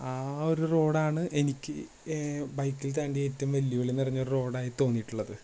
ആ ഒരു റോഡാണ് എനിക്ക് ബൈക്കില് താണ്ടിയേറ്റവും വെല്ലുവിളി നിറഞ്ഞ ഒരു റോഡായി തോന്നിയിട്ടുള്ളത്